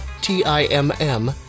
T-I-M-M